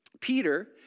Peter